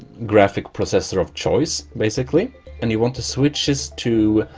graphic processor of choice basically and you want to switches to